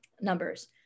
Numbers